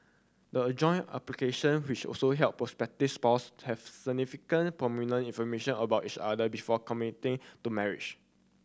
the joint application which also help prospective spouse have significant pertinent information about each other before committing to marriage